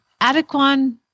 Adequan